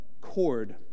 cord